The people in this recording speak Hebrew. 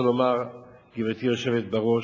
גברתי היושבת בראש,